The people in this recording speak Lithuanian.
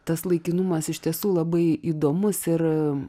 tas laikinumas iš tiesų labai įdomus ir